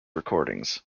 recordings